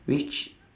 which